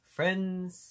Friends